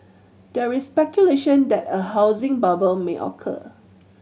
there is speculation that a housing bubble may occur